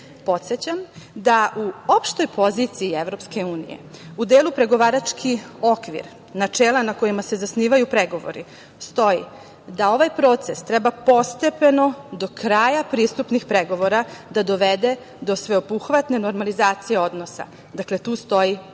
Podsećam, da u opštoj poziciji EU u delu pregovarački okvir načela na kojima se zasnivaju pregovori stoji da ovaj proces treba postepeno do kraja pristupnih pregovora da dovede do sveobuhvatne normalizacije odnosa. Dakle, tu stoji postepeno,